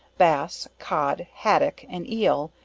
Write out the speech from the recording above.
bass, cod, haddock, and eel,